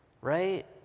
right